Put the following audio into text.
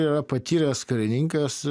yra patyręs karininkas